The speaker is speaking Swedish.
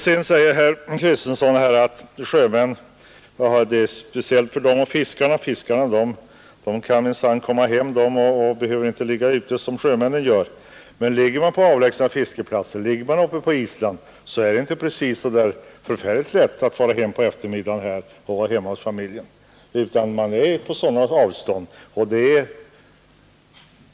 Herr Kristenson talade om sjömän och fiskare och sade att fiskarna kan minsann komma hem och behöver inte ligga ute som sjömännen gör. Men ligger man på avlägsna fiskeplatser — t.ex. vid Island — är det inte så förfärligt lätt att fara hem på eftermiddagen och vara hos familjen, utan det rör sig om stora avstånd.